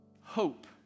Hope